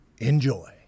Enjoy